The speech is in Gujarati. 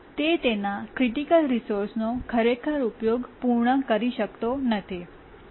તે તેના ક્રિટિકલ રિસોર્સનો ખરેખર ઉપયોગ પૂર્ણ કરી શકતો નથી